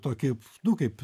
tokį kaip